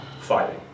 fighting